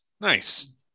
nice